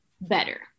better